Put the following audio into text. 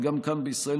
וגם כאן בישראל,